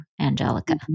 Angelica